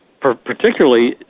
particularly